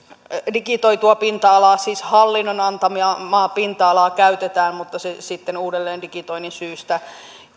digitoitua pinta alaa siis hallinnon antamaa pinta alaa käytetään mutta se sitten uudelleen digitoinnin syystä